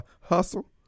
hustle